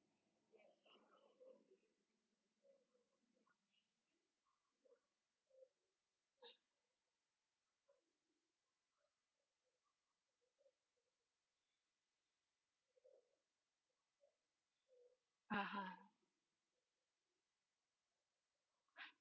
(uh huh)